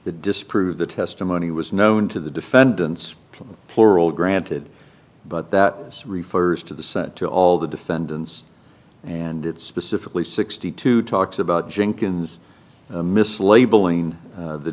disprove the testimony was known to the defendants plural granted but that this refers to the sent to all the defendants and it specifically sixty two talks about jenkins mislabeling